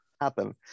happen